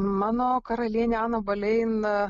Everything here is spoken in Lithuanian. mano karalienė ana bolein